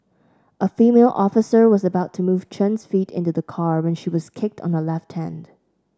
a female officer was about to move Chen's feet into the car when she was kicked on her left hand